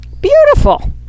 Beautiful